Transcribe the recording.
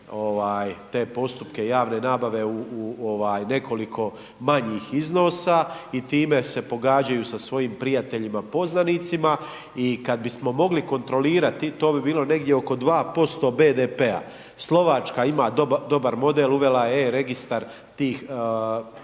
te postupke javne nabave u nekoliko manjih iznosa i time se pogađaju sa svojim prijateljima poznanicima i kad bismo mogli kontrolirati, to bi bilo negdje oko 2% BDP-a. Slovačka ima dobar model, uvela je e-registar tih postupaka